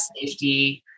safety